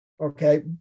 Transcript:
Okay